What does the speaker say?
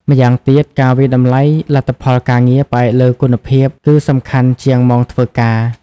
ម៉្យាងទៀត ការវាយតម្លៃលទ្ធផលការងារផ្អែកលើគុណភាព គឺសំខាន់ជាងម៉ោងធ្វើការ។